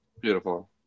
Beautiful